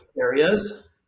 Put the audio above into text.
areas